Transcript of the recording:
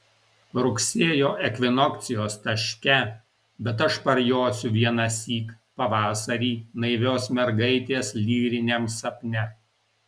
rugsėjo ekvinokcijos taške bet aš parjosiu vienąsyk pavasarį naivios mergaitės lyriniam sapne